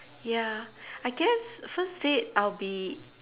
ya I guess first date I'll be